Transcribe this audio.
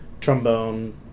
trombone